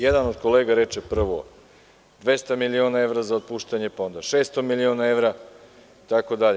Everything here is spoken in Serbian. Jedan od kolega reče prvo 200 miliona za otpuštanje, pa onda 600 miliona evra, itd.